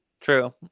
True